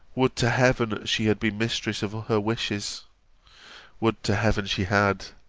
would to heaven she had been mistress of all her wishes would to heaven she had!